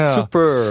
Super